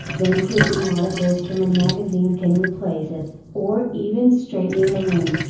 then clipping articles from a magazine can replace it, or even straightening a room,